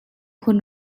hun